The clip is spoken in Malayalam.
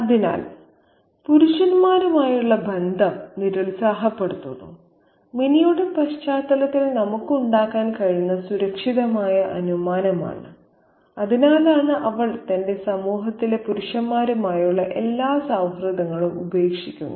അതിനാൽ പുരുഷന്മാരുമായുള്ള ബന്ധം നിരുത്സാഹപ്പെടുത്തുന്നു മിനിയുടെ പശ്ചാത്തലത്തിൽ നമുക്ക് ഉണ്ടാക്കാൻ കഴിയുന്ന സുരക്ഷിതമായ അനുമാനമാണ് അതിനാലാണ് അവൾ തന്റെ സമൂഹത്തിലെ പുരുഷന്മാരുമായുള്ള എല്ലാ സൌഹൃദങ്ങളും ഉപേക്ഷിക്കുന്നത്